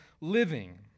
living